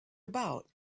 about